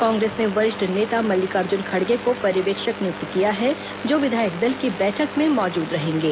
कांग्रेस ने वरिष्ठ नेता मल्लिकार्जुन खड़गे को पर्यवेक्षक नियुक्त किया है जो विधायक दल की बैठक में मौजूद रहेंगे